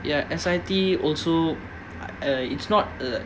ya S_I_T also uh it's not a